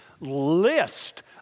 list